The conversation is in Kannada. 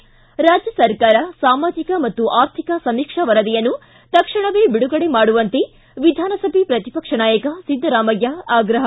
ಿ ರಾಜ್ಯ ಸರ್ಕಾರ ಸಾಮಾಜಿಕ ಹಾಗೂ ಆರ್ಥಿಕ ಸಮೀಕ್ಷಾ ವರದಿಯನ್ನು ತಕ್ಷಣವೇ ಬಿಡುಗಡೆ ಮಾಡುವಂತೆ ವಿಧಾನಸಭೆ ಪ್ರತಿಪಕ್ಷ ನಾಯಕ ಸಿದ್ದರಾಮಯ್ಯ ಆಗ್ರಹ